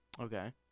Okay